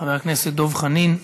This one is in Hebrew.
חבר הכנסת דב חנין,